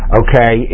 okay